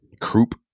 croup